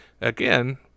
again